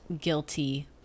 guilty